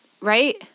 right